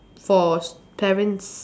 for parents